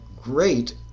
great